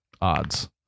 odds